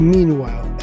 Meanwhile